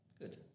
Good